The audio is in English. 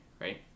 right